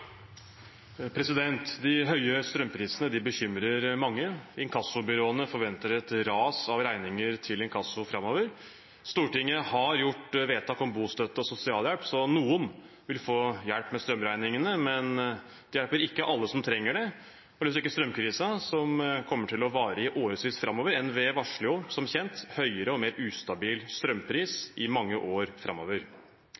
De høye strømprisene bekymrer mange. Inkassobyråene forventer et ras av regninger til inkasso framover. Stortinget har gjort vedtak om bostøtte og sosialhjelp, så noen vil få hjelp med strømregningene, men det hjelper ikke alle som trenger det. Strømkrisen kommer til å vare i årevis framover. NVE varsler som kjent høyere og mer